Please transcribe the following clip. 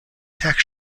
tax